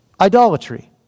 idolatry